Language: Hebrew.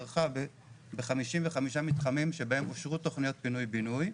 ערכה ב-55 מתחמים שבהם אושרו תכניות פינוי בינוי,